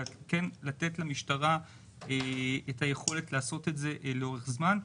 אבל כן לתת למשטרה את היכולת לעשות את זה לאורך זמן.